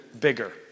bigger